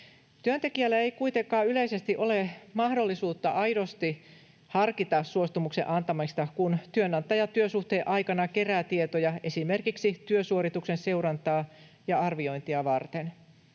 Työntekijällä ei kuitenkaan yleisesti ole mahdollisuutta aidosti harkita suostumuksen antamista, kun työnantaja työsuhteen aikana kerää tietoja esimerkiksi työsuorituksen seurantaa ja arviointia varten.